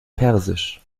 persisch